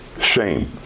shame